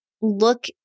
look